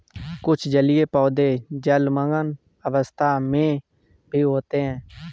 कुछ जलीय पौधे जलमग्न अवस्था में भी होते हैं